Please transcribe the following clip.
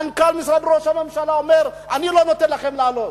מנכ"ל משרד ראש הממשלה אומר: אני לא נותן לכם לעלות.